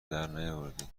درنیاوردی